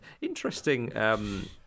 Interesting